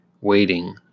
waiting